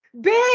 big